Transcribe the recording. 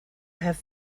have